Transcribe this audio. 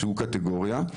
שהוא קטגוריה,